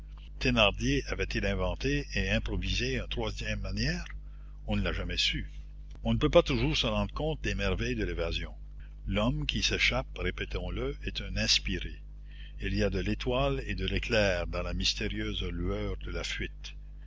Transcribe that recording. thénardier avait-il inventé et improvisé une troisième manière on ne l'a jamais su on ne peut pas toujours se rendre compte des merveilles de l'évasion l'homme qui s'échappe répétons-le est un inspiré il y a de l'étoile et de l'éclair dans la mystérieuse lueur de la fuite